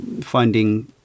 finding